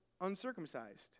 uncircumcised